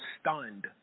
stunned